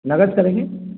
नगद करेंगे